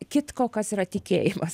kitko kas yra tikėjimas